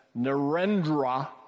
Narendra